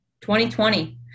2020